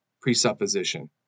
presupposition